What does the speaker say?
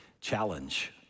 challenge